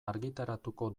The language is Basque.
argitaratuko